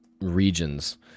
regions